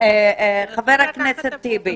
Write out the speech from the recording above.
הכנסת טיבי,